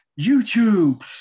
YouTube